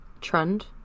trend